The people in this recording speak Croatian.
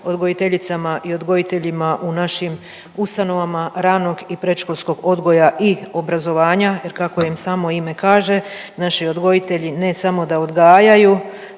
odgojiteljicama i odgojiteljima u našim ustanovama ranog i predškolskog odgoja i obrazovanja jer kako im samo ime kaže naši odgojitelji ne samo da odgajaju